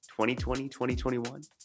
2020-2021